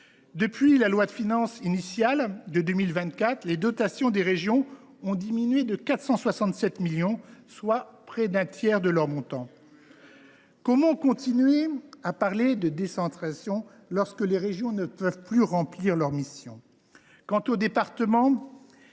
décembre 2023 de finances pour 2024, les dotations des régions ont diminué de 467 millions d’euros, soit près d’un tiers de leur montant. Comment continuer à parler de décentration lorsque les régions ne peuvent plus remplir leurs missions ?